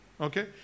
Okay